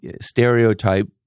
stereotype